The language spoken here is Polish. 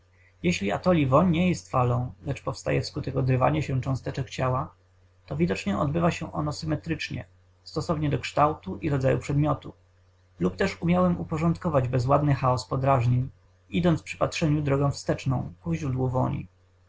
jeśli atoli woń nie jest falą lecz powstaje wskutek odrywania się cząstek ciała to widocznie odbywa się ono symetrycznie stosownie do kształtu i rodzaju przedmiotu lub też umiałem uporządkować bezładny chaos podrażnień idąc przy patrzeniu drogą wsteczną ku źródłu woni